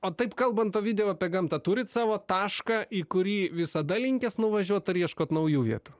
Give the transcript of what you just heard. o taip kalbant ovidijau apie gamtą turit savo tašką į kurį visada linkęs nuvažiuot ar ieškot naujų vietų